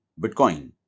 Bitcoin